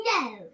No